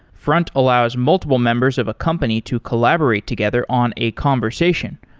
front allows multiple members of a company to collaborate together on a conversation,